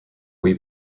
wee